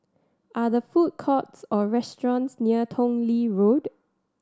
are the food courts or restaurants near Tong Lee Road